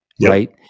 Right